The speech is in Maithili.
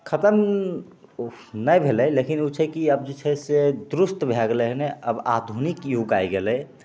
खतम ओ नहि भेलै लेकिन ओ छै कि आब जे छै से दुरुस्त भै गेलै हँ आब आधुनिक जुग आ गेलै